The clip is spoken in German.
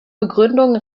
begründung